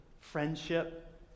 friendship